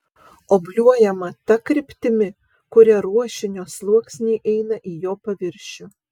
obliuojama ta kryptimi kuria ruošinio sluoksniai eina į jo paviršių